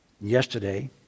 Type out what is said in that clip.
yesterday